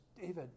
David